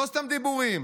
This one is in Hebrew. לא סתם דיבורים,